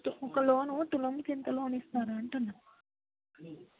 ఒక లోను తులంకి ఎంత లోను ఇస్తారు అంటున్న